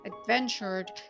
adventured